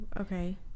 Okay